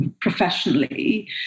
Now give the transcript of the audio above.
professionally